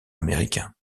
américains